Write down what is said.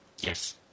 Yes